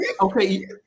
okay